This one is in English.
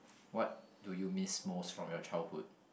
what do you miss most from your childhood